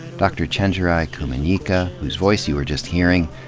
dr. chenjerai kumanyika, whose voice you were just hearing,